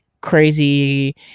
crazy –